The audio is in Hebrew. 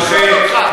הוא ביקש עזרה מאתנו?